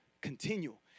continual